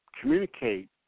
communicate